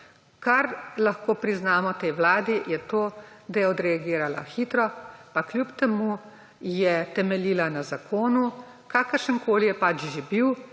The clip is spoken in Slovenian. Kar lahko priznamo tej vladi, je to, da je odreagirala hitro, pa kljub temu je temeljila na zakonu, kakršenkoli je pač že bil.